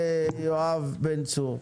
יואב בן צור,